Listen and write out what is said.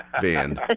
band